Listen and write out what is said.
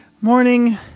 morning